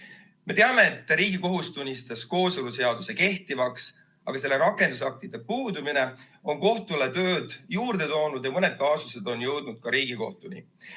Me teame, et Riigikohus tunnistas kooseluseaduse kehtivaks, aga selle rakendusaktide puudumine on kohtule tööd juurde toonud ja mõned kaasused on jõudnud ka Riigikohtuni.